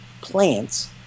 plants